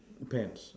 pets